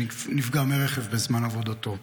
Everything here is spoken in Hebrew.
שנפגע מרכב בזמן עבודתו.